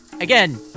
Again